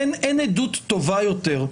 אין עדות טובה יותר,